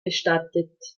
bestattet